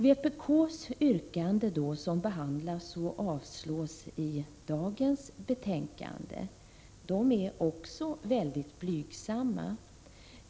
Vpk:s yrkande, som behandlas och avslås i dagens betänkande, är också mycket blygsamt.